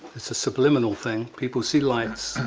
it's a subliminal thing, people see lights,